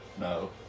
No